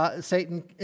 Satan